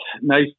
nice